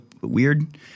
weird